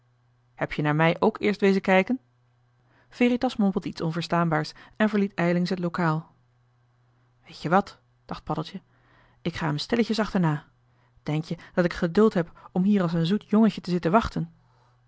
heb-je naar mij ook eerst wezen kijken veritas mompelde iets onverstaanbaars en verliet ijlings het lokaal weet-je wat dacht paddeltje ik ga hem stilletjes achterna denk-je dat ik geduld heb om hier als een zoet jongetje te zitten wachten